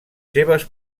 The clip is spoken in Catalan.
seves